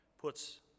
puts